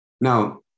Now